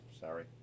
Sorry